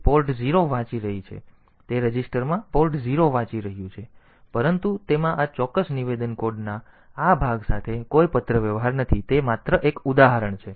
તે રજિસ્ટરમાં પોર્ટ 0 વાંચી રહ્યું છે એવું કંઈક છે પરંતુ તેમાં આ ચોક્કસ નિવેદન કોડના આ ભાગ સાથે કોઈ પત્રવ્યવહાર નથી તે માત્ર એક ઉદાહરણ છે